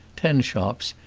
ten shops,